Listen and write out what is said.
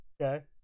Okay